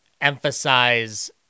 emphasize